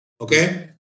Okay